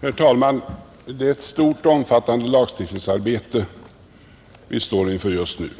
Herr talman! Det är ett stort och omfattande lagstiftningsarbete vi står inför just nu.